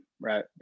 right